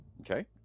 Okay